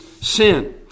sin